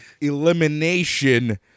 elimination